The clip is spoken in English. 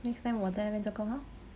next time 我在那边做工 how